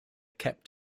kept